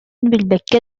билбэккэ